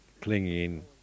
clinging